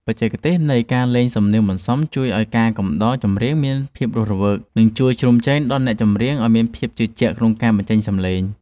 បច្ចេកទេសនៃការលេងសំនៀងបន្សំជួយឱ្យការកំដរចម្រៀងមានភាពរស់រវើក និងអាចជួយជ្រោមជ្រែងដល់អ្នកចម្រៀងឱ្យមានភាពជឿជាក់ក្នុងការបញ្ចេញសម្លេង។